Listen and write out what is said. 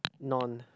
non